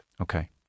Okay